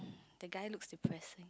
the guy looks depressing